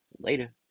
Later